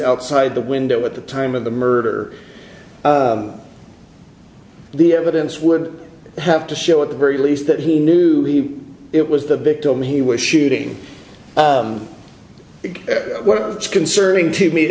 outside the window at the time of the murder the evidence would have to show at the very least that he knew it was the victim he was shooting concerning to me it